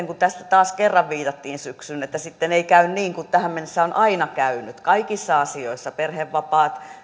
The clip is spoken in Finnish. kun tässä taas kerran viitattiin syksyyn että sitten ei käy niin kuin tähän mennessä on aina käynyt kaikissa asioissa perhevapaat